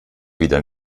wieder